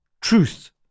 truth